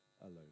alone